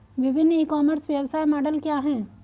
विभिन्न e commerce व्यवसाय model क्या हैं?